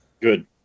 Good